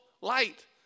light